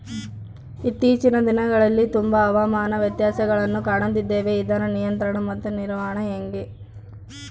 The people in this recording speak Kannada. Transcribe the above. ಇತ್ತೇಚಿನ ದಿನಗಳಲ್ಲಿ ತುಂಬಾ ಹವಾಮಾನ ವ್ಯತ್ಯಾಸಗಳನ್ನು ಕಾಣುತ್ತಿದ್ದೇವೆ ಇದರ ನಿಯಂತ್ರಣ ಮತ್ತು ನಿರ್ವಹಣೆ ಹೆಂಗೆ?